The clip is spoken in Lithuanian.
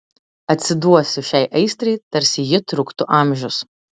atsiduosiu šiai aistrai tarsi ji truktų amžius